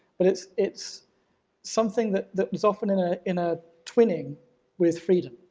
but it's it's something that that was often in ah in a twinning with freedom.